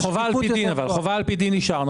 זה נשאר חובה על פי דין, נכון?